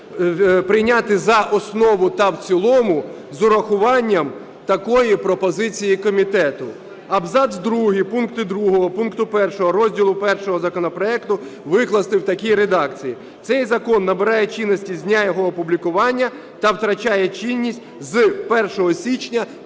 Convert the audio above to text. прийняти за основу та в цілому з урахуванням такої пропозиції комітету: абзац другий пункту другого пункту 1 розділу І законопроекту викласти в такій редакції: "Цей закон набирає чинності з дня його опублікування та втрачає чинність з 1 січня